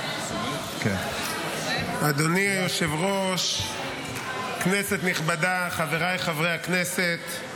אדוני היושב-ראש, כנסת נכבדה, חבריי חברי הכנסת,